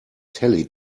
telly